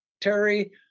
Terry